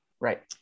Right